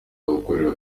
gukorera